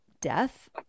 death